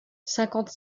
cinquante